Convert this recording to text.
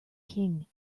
king